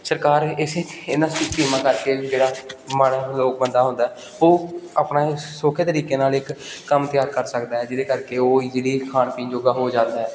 ਸਰਕਾਰ ਇਸੇ ਇਹਨਾਂ ਸਕੀਮਾਂ ਕਰਕੇ ਜਿਹੜਾ ਮਾੜਾ ਲੋ ਬੰਦਾ ਹੁੰਦਾ ਉਹ ਆਪਣਾ ਇਹ ਸੋਖੇ ਤਰੀਕੇ ਨਾਲ ਇੱਕ ਕੰਮ ਤਿਆਰ ਕਰ ਸਕਦਾ ਹੈ ਜਿਹਦੇ ਕਰਕੇ ਉਹ ਈਜੀਲੀ ਖਾਣ ਪੀਣ ਜੋਗਾ ਹੋ ਜਾਂਦਾ